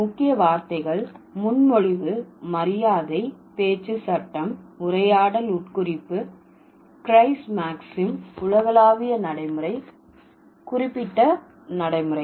முக்கிய வார்த்தைகள் முன்மொழிவு மரியாதை பேச்சு சட்டம் உரையாடல் உட்குறிப்பு க்ரைஸ் மாக்ஸிம் உலகளாவிய நடைமுறை குறிப்பிட்ட நடைமுறை